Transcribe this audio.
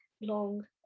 long